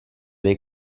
dei